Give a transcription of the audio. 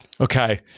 Okay